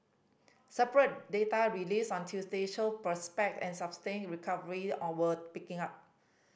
separate data released on Tuesday showed prospect and sustained recovery all were picking up